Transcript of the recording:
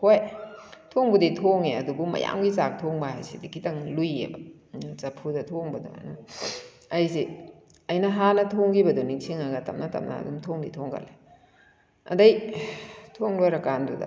ꯍꯣꯏ ꯊꯣꯡꯕꯨꯗꯤ ꯊꯣꯡꯉꯦ ꯑꯗꯨꯕꯨ ꯃꯌꯥꯝꯒꯤ ꯆꯥꯛ ꯊꯣꯡꯕ ꯍꯥꯏꯁꯤꯗꯤ ꯈꯤꯇꯪ ꯂꯨꯏꯌꯦꯕ ꯑꯗꯨꯅ ꯆꯐꯨꯗ ꯊꯣꯡꯕꯗ ꯑꯩꯁꯦ ꯑꯩꯅ ꯍꯥꯟꯅ ꯊꯣꯡꯈꯤꯕꯗꯨ ꯅꯤꯡꯁꯤꯡꯂꯒ ꯇꯞꯅ ꯇꯞꯅ ꯑꯗꯨꯝ ꯊꯣꯡꯗꯤ ꯊꯣꯡꯒꯠꯂꯦ ꯑꯗꯩ ꯊꯣꯡ ꯂꯣꯏꯔ ꯀꯥꯟꯗꯨꯗ